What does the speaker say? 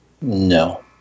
No